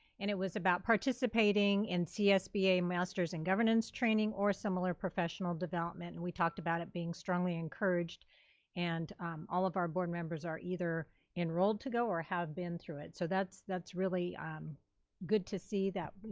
and it was about participating in csba master's and governance training or similar professional development. and we talked about it being strongly encouraged and all of our board members are either enrolled to go or have been through it, so that's that's really um good to see that, you